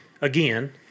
again